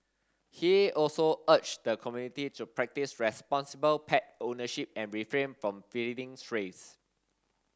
he also urged the community to practise responsible pet ownership and refrain from feeding strays